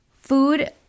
food